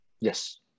Yes